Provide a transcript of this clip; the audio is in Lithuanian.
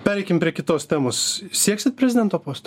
pereikim prie kitos temos sieksit prezidento posto